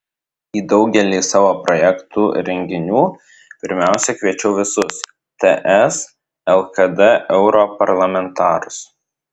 į daugelį savo projektų renginių pirmiausia kviečiau visus ts lkd europarlamentarus